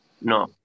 No